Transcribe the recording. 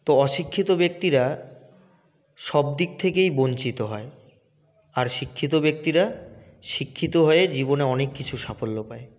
তো অশিক্ষিত ব্যক্তিরা সব দিক থেকেই বঞ্চিত হয় আর শিক্ষিত ব্যক্তিরা শিক্ষিত হয়ে জীবনে অনেক কিছু সাফল্য পায়